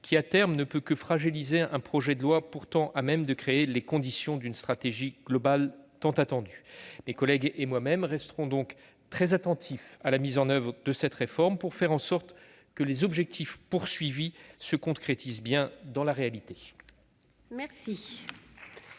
qui, à terme, ne peut que fragiliser un projet de loi pourtant à même de créer les conditions d'une stratégie globale tant attendue. Mes collègues et moi-même resterons donc très attentifs à la mise en oeuvre de cette réforme pour faire en sorte que les objectifs poursuivis se concrétisent réellement. La parole est